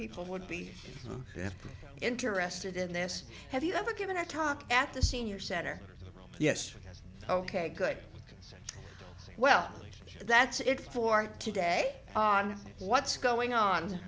people would be interested in this have you ever given a talk at the senior center yes ok good well that's it for today on what's going on